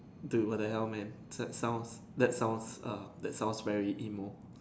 dude what the hell man that sounds that sounds err that sounds very emo